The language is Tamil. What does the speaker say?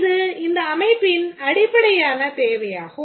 இது இந்த அமைப்பின் அடிப்படையான தேவையாகும்